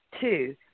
Two